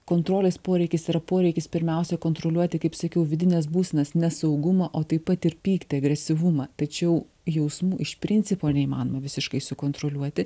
kontrolės poreikis yra poreikis pirmiausia kontroliuoti kaip sakiau vidines būsenas nesaugumą o taip pat ir pyktį agresyvumą tačiau jausmų iš principo neįmanoma visiškai sukontroliuoti